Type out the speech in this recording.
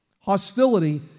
Hostility